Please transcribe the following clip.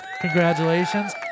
Congratulations